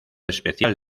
especial